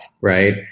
right